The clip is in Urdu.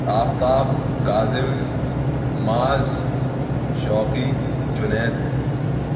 آفتاب کاظم معاذ شوقی جنید